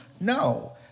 No